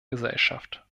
gesellschaft